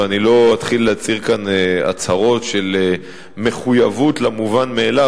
אני לא אתחיל להצהיר כאן הצהרות של מחויבות למובן מאליו,